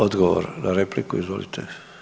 Odgovor na repliku, izvolite.